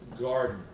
garden